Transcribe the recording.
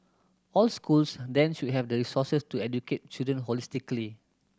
all schools then should have the resources to educate children holistically